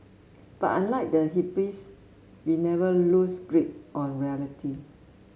but unlike the hippies we never lose grip on reality